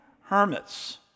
hermits